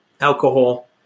alcohol